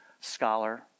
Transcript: scholar